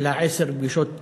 אלא עשר פגישות לפחות.